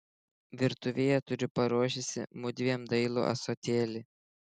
virtuvėje turiu paruošusi mudviem dailų ąsotėlį